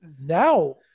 now